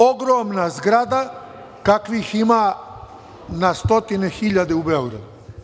To je ogromna zgrada, kakvih ima na stotine hiljada u Beogradu.